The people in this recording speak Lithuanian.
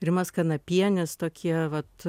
rimas kanapienis tokie vat